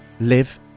live